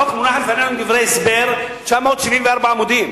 החוק מונח לפנינו עם דברי הסבר, 974 עמודים.